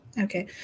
Okay